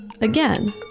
again